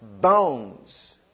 bones